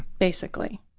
basically.